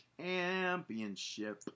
Championship